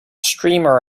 streamer